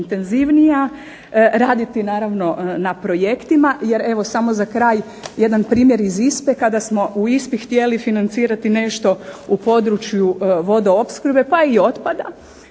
Raditi naravno na projektima. Jer evo samo za kraj jedan primjer iz ISPA-e kada smo u ISPA-i htjeli financirati nešto u području vodoopskrbe pa i otpada